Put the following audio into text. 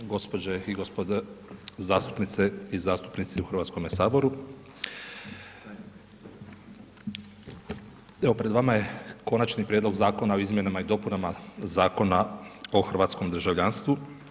Gospođe i gospodo, zastupnice i zastupnici u Hrvatskome saboru, evo pred vama je Konačni prijedlog Zakona o izmjenama i dopunama Zakona o hrvatskom državljanstvu.